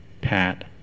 Pat